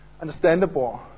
understandable